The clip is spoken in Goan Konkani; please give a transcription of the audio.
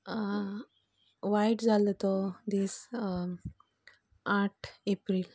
वायट जालो तो दीस आठ एप्रील